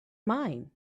mine